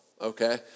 okay